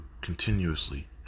Continuously